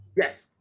yes